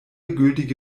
gültige